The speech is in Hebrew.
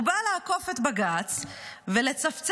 הוא בא לעקוף את בג"ץ ולצפצף